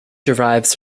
derives